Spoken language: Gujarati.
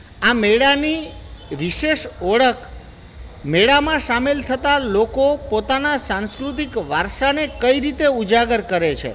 આ મેળાની વિશેષ ઓળખ મેળામાં સામેલ થતા લોકો પોતાના સાંસ્કૃતિક વારસાને કઈ રીતે ઉજાગર કરે છે